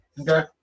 Okay